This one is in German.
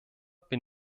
bin